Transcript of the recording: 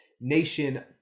nation